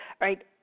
right